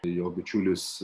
jo bičiulis